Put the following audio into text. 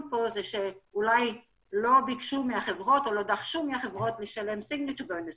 שאולי לא דרשו מהחברות לשלם את זה.